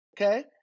Okay